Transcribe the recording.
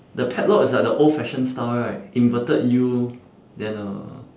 the padlock is like the old fashioned style right inverted U then a